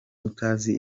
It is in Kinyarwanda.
utazi